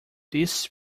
this